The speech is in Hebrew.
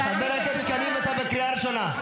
--- חבר הכנסת קריב, אתה בקריאה ראשונה.